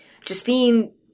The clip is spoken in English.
justine